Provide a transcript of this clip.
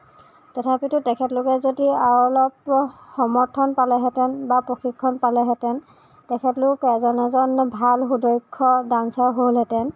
তথাপিতো তেখেতলোকে যদি আৰু অলপ সমৰ্থন পালেহেঁতেন বা প্ৰশিক্ষণ পালেহেঁতেন তেখেতলোক এজন এজন ভাল সুদক্ষ ডাঞ্চাৰ হ'লহেঁতেন